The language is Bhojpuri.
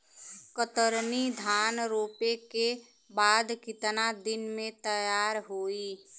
कतरनी धान रोपे के बाद कितना दिन में तैयार होई?